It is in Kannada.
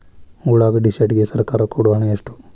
ಉಳ್ಳಾಗಡ್ಡಿ ಶೆಡ್ ಗೆ ಸರ್ಕಾರ ಕೊಡು ಹಣ ಎಷ್ಟು?